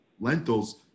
lentils